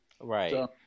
Right